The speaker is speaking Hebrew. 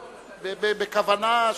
בכוונה.